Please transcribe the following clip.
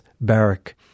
barrack